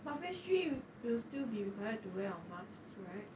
but phase three you will still be required to wear a mask right